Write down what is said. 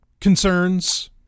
concerns